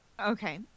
Okay